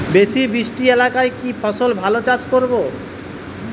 বেশি বৃষ্টি এলাকায় কি ফসল চাষ করব?